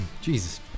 Jesus